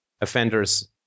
offenders